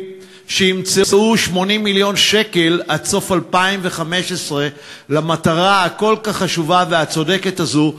שימצאו 80 מיליון שקל עד סוף 2015 למטרה הכל-כך חשובה והצודקת הזאת,